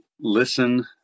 listen